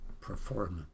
performance